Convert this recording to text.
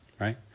Right